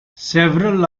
several